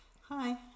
Hi